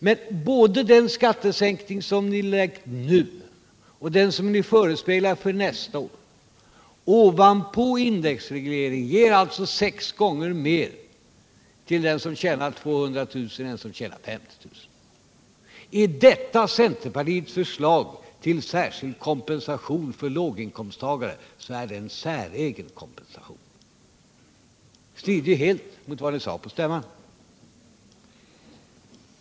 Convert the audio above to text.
Men både den skattesänkning som ni föreslår nu och den som ni förespeglar för nästa år ovanpå indexreglering ger alltså den som tjänar 200 000 kr. sex gånger mer än Den ekonomiska den som tjänar 50 000 kr. Är detta centerpartiets förslag till särskild kom = politiken m.m. pensation för långinkomsttagare, så är det en säregen kompensation. Det strider ju helt mot vad ni sade på stämman.